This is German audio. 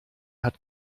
hat